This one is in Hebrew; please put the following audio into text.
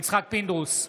יצחק פינדרוס,